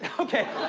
okay,